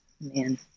Man